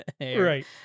Right